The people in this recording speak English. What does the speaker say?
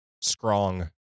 strong